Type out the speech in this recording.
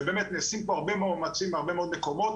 ובאמת נעשים פה הרבה מאוד מאמצים בהרבה מקומות,